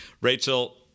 Rachel